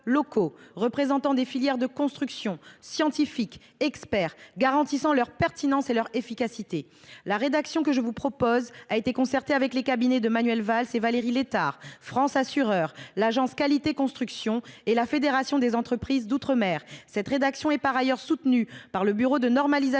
représentants des filières de construction, scientifiques, experts… –, garants de leur pertinence et de leur efficacité. La rédaction que je vous propose procède d’une concertation avec les cabinets de Manuel Valls et de Valérie Létard, France Assureurs, l’Agence Qualité Construction et la Fédération des entreprises d’outre mer. En outre, elle est soutenue par le Bureau de normalisation